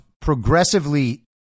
progressively